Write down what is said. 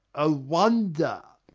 a wonder!